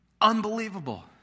Unbelievable